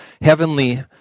heavenly